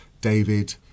David